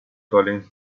collins